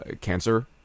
cancer